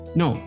no